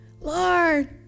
Lord